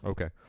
Okay